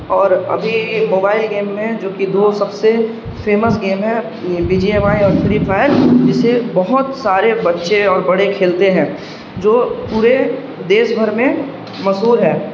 اور ابھی mobile game میں جو کہ دو سب سے فیمس گیم ہے بی جی ایم آئی اور فری فائر جسے بہت سارے بچے اور بڑے کھیلتے ہیں جو پورے دیش بھر میں مشہور ہے